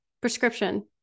prescription